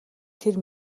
тэр